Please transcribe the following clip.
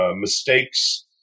mistakes